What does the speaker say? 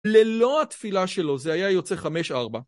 ללא התפילה שלו, זה היה יוצא 5-4.